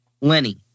lenny